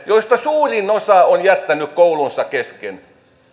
joista suurin osa on jättänyt koulunsa kesken